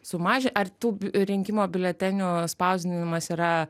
sumažin ar tų rinkimo biuletenių spausdinimas yra